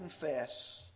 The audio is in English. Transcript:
confess